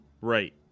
right